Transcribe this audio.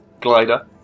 glider